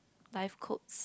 life quotes